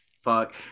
fuck